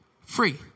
free